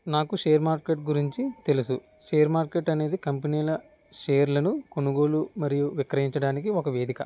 నాకు share market గురించి తెలుసు షేర్ మార్కెట్ అనేది కంపెనీల షేర్లను కొనుగోలు మరియు విక్రయించడానికి ఒక వేదిక